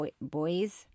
Boys